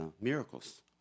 miracles